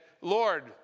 Lord